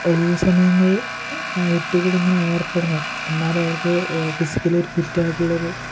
ഒഴിവ് സമയങ്ങൾ കുട്ടികളിങ്ങനെ ഏർപ്പെടണം എന്നാലേ അവർക്ക് ഫിസിക്കലി ഒരു ഫിറ്റായിട്ടുള്ളൊരു